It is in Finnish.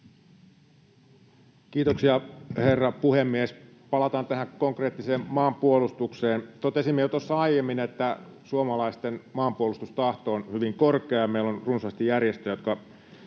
Kiitoksia, herra puhemies! Palataan tähän konkreettisen maanpuolustukseen. Totesimme jo tuossa aiemmin, että suomalaisten maanpuolustustahto on hyvin korkea, ja meillä on runsaasti järjestöjä, joiden